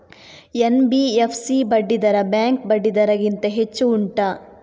NBFC ಬಡ್ಡಿ ದರ bank ಬಡ್ಡಿ ದರ ಗಿಂತ ಹೆಚ್ಚು ಉಂಟಾ